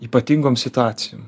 ypatingom situacijom